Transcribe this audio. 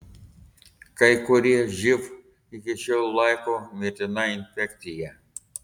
kai kurie živ iki šiol laiko mirtina infekcija